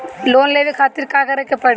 Loan लेवे खातिर का करे के पड़ी?